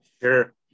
Sure